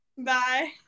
bye